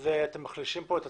אתם מחלישים כאן את עצמכם.